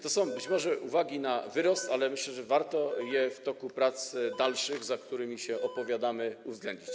To są być może uwagi na wyrost, ale myślę, że warto je w toku dalszych prac, za którymi się opowiadamy, uwzględnić.